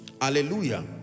Hallelujah